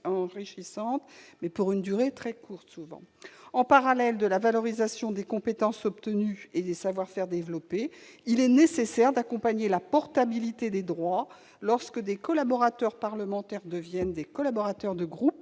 enrichissante, mais pour une durée très courte. En parallèle de la valorisation des compétences obtenues et des savoir-faire développés, il est nécessaire d'accompagner la portabilité des droits lorsque des collaborateurs parlementaires deviennent des collaborateurs de groupes